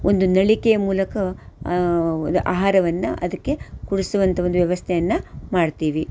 ಒಂದು ನಳಿಕೆಯ ಮೂಲಕ ಅದು ಆಹಾರವನ್ನು ಅದಕ್ಕೆ ಕುಡಿಸುವಂತಹ ಒಂದು ವ್ಯವಸ್ಥೆಯನ್ನು ಮಾಡ್ತೀವಿ